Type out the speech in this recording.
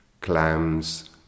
Clams